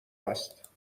است